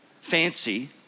fancy